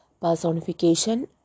personification